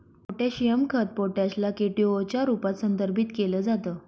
potassium खत potash ला K two O च्या रूपात संदर्भित केल जात